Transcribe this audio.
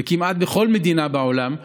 וכמעט בכל מדינה בעולם,